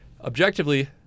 objectively